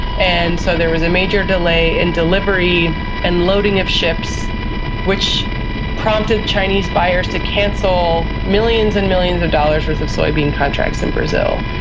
and so there was a major delay in delivery and loading of ships which prompted chinese buyers to cancel millions and millions of dollars worth of soybean contracts in brazil.